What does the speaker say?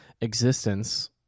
existence